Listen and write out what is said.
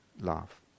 laugh